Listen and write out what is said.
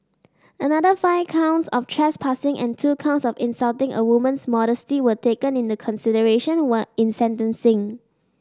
another five counts of trespassing and two counts of insulting a woman's modesty were taken in the consideration when in sentencing